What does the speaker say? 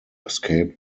escaped